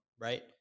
right